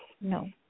No